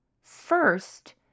first